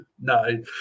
no